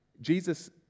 Jesus